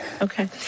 Okay